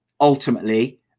ultimately